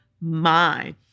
mind